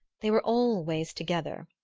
they were always together,